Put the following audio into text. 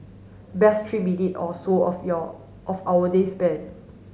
best three minute or so of your of our day spent